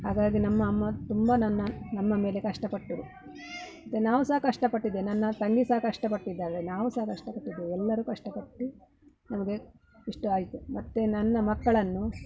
ಹಾಗಾಗಿ ನಮ್ಮ ಅಮ್ಮ ತುಂಬ ನನ್ನ ನಮ್ಮ ಮೇಲೆ ಕಷ್ಟಪಟ್ಟರು ಮತ್ತು ನಾವು ಸಹ ಕಷ್ಟ ಪಟ್ಟಿದ್ದೆ ನನ್ನ ತಂಗಿ ಸಹ ಕಷ್ಟಪಟ್ಟಿದ್ದಾಳೆ ನಾವು ಸಹ ಕಷ್ಟಪಟ್ಟಿದ್ದೇವೆ ಎಲ್ಲರೂ ಕಷ್ಟಪಟ್ಟು ನಮಗೆ ಇಷ್ಟು ಆಯಿತು ಮತ್ತೆ ನನ್ನ ಮಕ್ಕಳನ್ನು